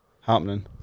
happening